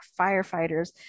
firefighters